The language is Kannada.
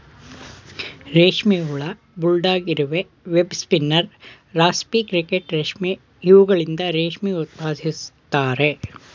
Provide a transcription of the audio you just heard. ರೇಷ್ಮೆ ಹುಳ, ಬುಲ್ಡಾಗ್ ಇರುವೆ, ವೆಬ್ ಸ್ಪಿನ್ನರ್, ರಾಸ್ಪಿ ಕ್ರಿಕೆಟ್ ರೇಷ್ಮೆ ಇವುಗಳಿಂದ ರೇಷ್ಮೆ ಉತ್ಪಾದಿಸುತ್ತಾರೆ